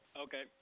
Okay